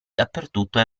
dappertutto